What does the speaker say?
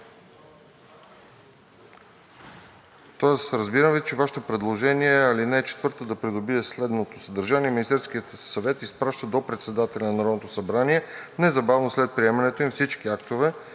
разбирам Ви, че Вашето предложение е ал. 4 да придобие следното съдържание: „(4) Министерският съвет изпраща до председателя на Народното събрание незабавно след приемането им всички актове,